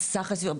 את סך הסיוע?